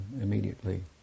immediately